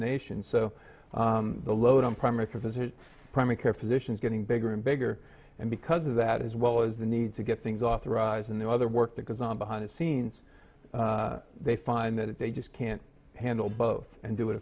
nation so the load on primary care physician primary care physician is getting bigger and bigger and because of that as well as the need to get things authorized and the other work that goes on behind the scenes they find that they just can't handle both and do it